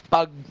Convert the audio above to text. pag